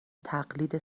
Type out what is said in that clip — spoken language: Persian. تقلید